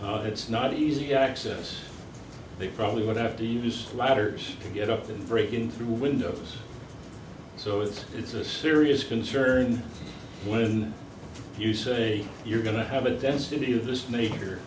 it's not easy access they probably would have to use ladders to get up and break in through windows so it's it's a serious concern when you say you're going to have a density of this nature